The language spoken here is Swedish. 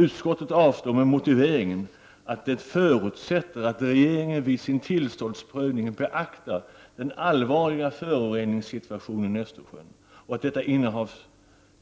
Utskottet avstyrker med motiveringen att det förutsätter att regeringen vid sin tillståndsprövning beaktar den allvarliga föroreningssituationen i Östersjön och